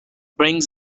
brings